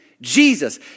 Jesus